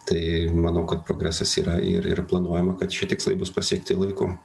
tai manau kad progresas yra ir ir planuojama kad šie tikslai bus pasiekti laiku